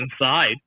inside